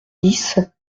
dix